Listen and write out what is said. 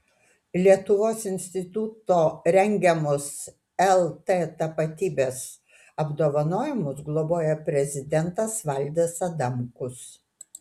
lietuvos instituto rengiamus lt tapatybės apdovanojimus globoja prezidentas valdas adamkus